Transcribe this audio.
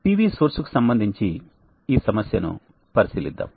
PV source కు సంబంధించి ఈ సమస్యను పరిశీలిద్దాం